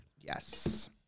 Yes